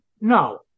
no